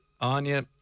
Anya